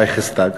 הרייכסטאג.